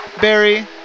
Barry